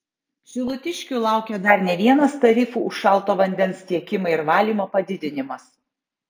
šilutiškių laukia dar ne vienas tarifų už šalto vandens tiekimą ir valymą padidinimas